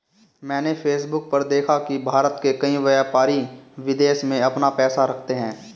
मैंने फेसबुक पर देखा की भारत के कई व्यापारी विदेश में अपना पैसा रखते हैं